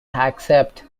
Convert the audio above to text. accept